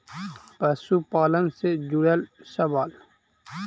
पशुपालन से जुड़ल सवाल?